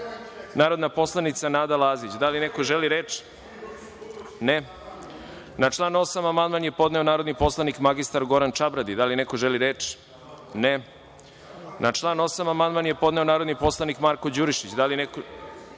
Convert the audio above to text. narodna poslanica Nada Lazić. Da li neko želi reč? (Ne)Na član 8. amandman je podneo narodni poslanik mr Goran Čabradi. Da li neko želi reč? (Ne)Na član 8. amandman je podneo narodni poslanik Marko Đurišić. Izvinjavam